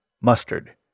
mustard